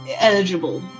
eligible